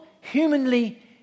humanly